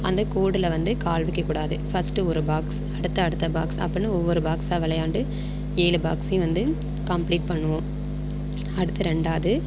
அந்த கோடில் வந்து கால் வைக்கக் கூடாது ஃபஸ்ட்டு ஒரு பாக்ஸ் அடுத்து அடுத்த பாக்ஸ் அப்புடினு ஒவ்வொரு பாக்ஸாக விளையாண்டு ஏழு பாக்ஸையும் வந்து கம்ப்ளீட் பண்ணுவோம் அடுத்து ரெண்டாவது